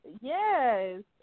Yes